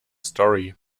story